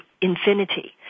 infinity